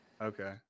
Okay